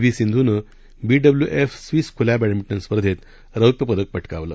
V सिंधूनं B W F Swiss खुल्या badminton स्पर्धेत रौप्यपदक पटकावलं